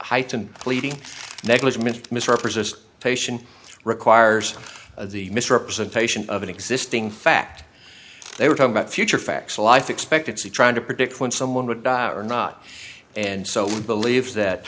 heightened pleading negligent misrepresents taishan requires the misrepresentation of an existing fact they were talking about future facts of life expectancy trying to predict when someone would die or not and so we believe that